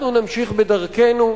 אנחנו נמשיך בדרכנו,